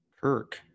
Kirk